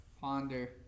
Ponder